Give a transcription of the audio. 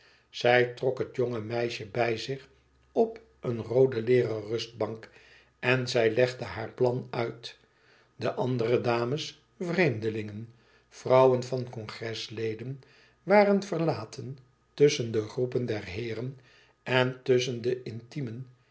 zij trok het jonge meisje bij zich op een rooden leêren rustbank en zij legde haar plan uit de andere dames vreemdelingen vrouwen van congresleden waren verlaten tusschen de groep der heeren en tusschen den intimen